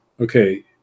okay